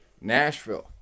nashville